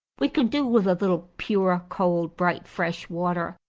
we can do with a little pure, cold bright fresh water.